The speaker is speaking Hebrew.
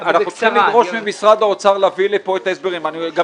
אנחנו צריכים ממשרד האוצר להביא לפה את ההסברים.